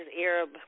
Arab